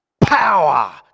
Power